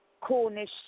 Cornish